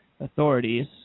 authorities